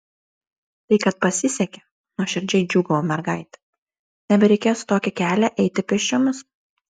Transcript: tai kad pasisekė nuoširdžiai džiūgavo mergaitė nebereikės tokį kelią eiti pėsčiomis